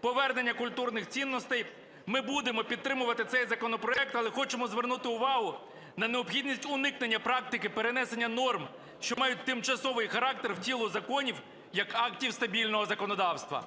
повернення культурних цінностей ми будемо підтримувати цей законопроект. Але хочемо звернути увагу на необхідність уникнення практики перенесення норм, що мають тимчасовий характер, в тіло законів як актів стабільного законодавства.